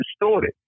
distorted